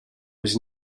was